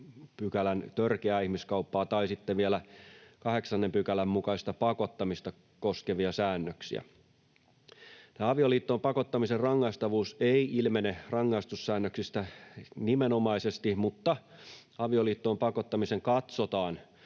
3 a §:n törkeää ihmiskauppaa tai sitten vielä 8 §:n mukaista pakottamista koskevia säännöksiä. Tämä avioliittoon pakottamisen rangaistavuus ei ilmene rangaistussäännöksistä nimenomaisesti, mutta avioliittoon pakottamisen katsotaan